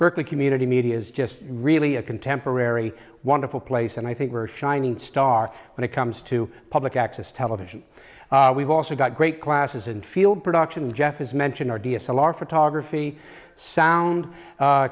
berkeley community media is just really a contemporary wonderful place and i think we're shining star when it comes to public access television we've also got great classes in field production jeff as mentioned our d s l our photography sound